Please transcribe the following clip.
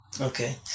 Okay